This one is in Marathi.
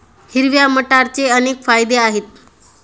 हिरव्या मटारचे अनेक फायदे आहेत